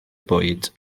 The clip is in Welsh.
bwyd